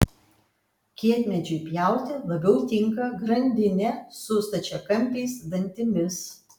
kietmedžiui pjauti labiau tinka grandinė su stačiakampiais dantimis